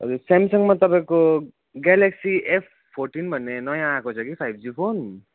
हजुर स्यामसङमा तपाईँको ग्यालेक्सी एफ फोर्टिन भन्ने नयाँ आएको छ कि फाइभ जी फोन